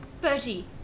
Bertie